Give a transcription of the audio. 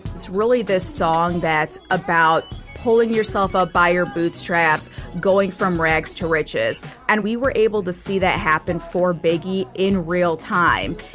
it's really the song that's about pulling yourself up by your bootstraps going from rags to riches. and we were able to see that happen for biggie in real time.